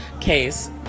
case